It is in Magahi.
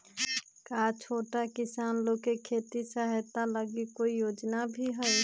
का छोटा किसान लोग के खेती सहायता के लगी कोई योजना भी हई?